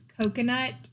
coconut